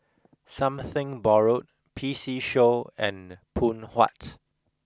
something borrowed P C show and Phoon Huat